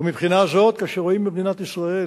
ומבחינה זו, כאשר רואים במדינת ישראל,